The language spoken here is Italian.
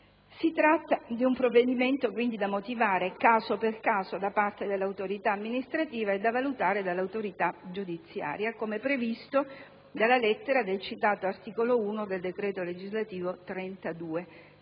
Si tratta, quindi, di provvedimenti da motivare caso per caso da parte dell'autorità amministrativa e da valutare dall'autorità giudiziaria, come previsto dalla lettera del citato articolo 1 del decreto legislativo n.